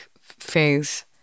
phase